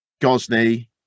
Gosney